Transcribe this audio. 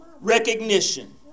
recognition